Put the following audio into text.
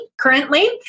currently